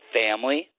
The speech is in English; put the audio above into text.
family